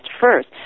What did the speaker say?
first